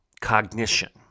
cognition